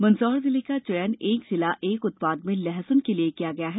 मन्दसौर जिले का चयन एक जिला एक उत्पाद में लहसुन के लिए किया गया है